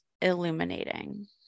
illuminating